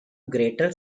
greater